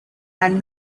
and